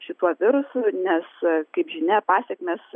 šituo virusu nes kaip žinia pasekmės